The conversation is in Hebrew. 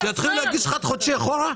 שיתחילו להגיש חד-חודשי אחורה?